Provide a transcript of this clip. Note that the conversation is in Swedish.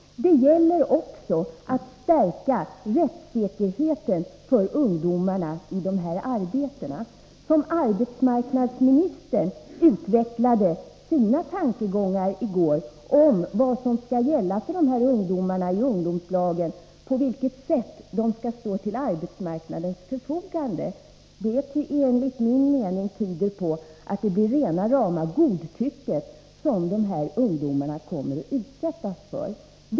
Det gäller också att stärka rättssäkerheten för ungdomarna i de här arbetena. Arbetsmarknadsministern utvecklade i går sina tankegångar om vad som skall gälla för ungdomarna i ungdomslagen, på vilket sätt ungdomarna skall stå till arbetsmarknadens förfogande. Enligt min mening tyder det på att det blir rena rama godtycket som ungdomarna kommer att utsättas för.